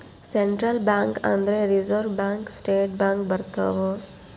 central bank ಅಂದ್ರ reserve bank state bank ಬರ್ತವ